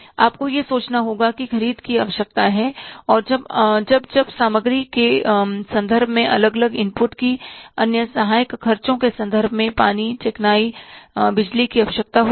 आपको यह सोचना होगा कि ख़रीद की आवश्यकता है और जब जब सामग्री के संदर्भ में अलग अलग इनपुट की अन्य सहायक खर्चों के संदर्भ में पानी चिकनाई बिजली की आवश्यकता होगी